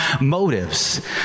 motives